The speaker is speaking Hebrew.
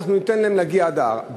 אנחנו ניתן להם להגיע עד ההר,